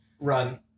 run